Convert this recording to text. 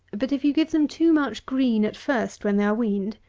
but if you give them too much green at first when they are weaned,